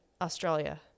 Australia